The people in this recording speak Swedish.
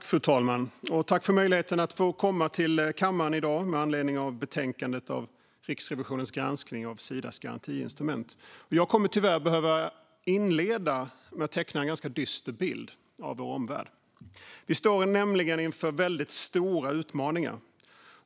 Fru talman! Jag tackar för möjligheten att komma till kammaren i dag med anledning av betänkandet Riksrevisionens granskning av Sidas garantiverksamhet . Jag kommer tyvärr att behöva inleda med att teckna en ganska dyster bild av vår omvärld. Vi står nämligen inför väldigt stora utmaningar.